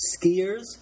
Skiers